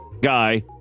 guy